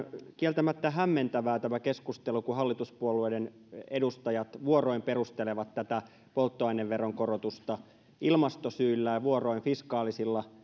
kieltämättä hämmentävää kun hallituspuolueiden edustajat vuoroin perustelevat tätä polttoaineveron korotusta ilmastosyillä ja vuoroin fiskaalisilla